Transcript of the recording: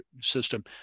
system